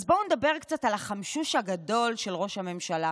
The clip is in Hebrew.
אז בואו נדבר קצת על החמשוש הגדול של ראש הממשלה.